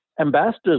ambassadors